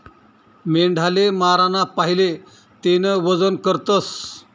मेंढाले माराना पहिले तेनं वजन करतस